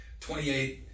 28